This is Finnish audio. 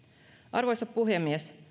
arvoisa puhemies